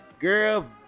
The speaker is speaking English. Girl